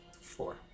Four